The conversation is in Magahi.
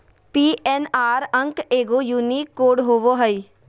पी.एन.आर अंक एगो यूनिक कोड होबो हइ